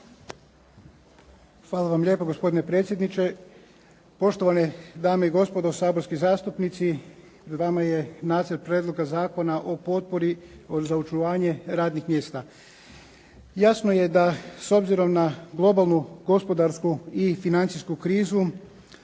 Hvala lijepa. Gospodine predsjedniče, poštovane dame i gospodo saborski zastupnici. Pred vama je Nacrt prijedloga zakona o potpori za očuvanje radnih mjesta. Jasno je da s obzirom na globalnu gospodarsku i financijsku krizu